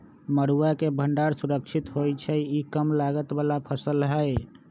मरुआ के भण्डार सुरक्षित होइ छइ इ कम लागत बला फ़सल हइ